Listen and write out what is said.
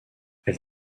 elle